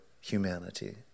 humanity